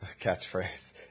Catchphrase